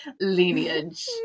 lineage